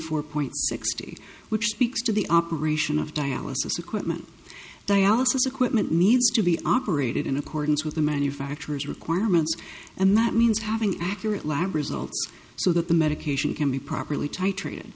four point six to which speaks to the operation of dialysis equipment dialysis equipment needs to be operated in accordance with the manufacturer's requirements and that means having accurate lab results so that the medication can be properly titrated